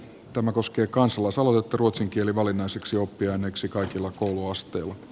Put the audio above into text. tämä koskee kansalaisaloite ruotsin kieli valinnaiseksi oppiaineeksi noudattavaa kokonaisuutta